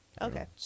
Okay